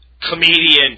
comedian